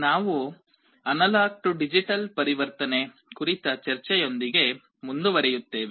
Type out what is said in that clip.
ನಾವು analogue to digital ಪರಿವರ್ತನೆ ಕುರಿತು ಚರ್ಚೆಯೊಂದಿಗೆ ಮುಂದುವರಿಯುತ್ತೇವೆ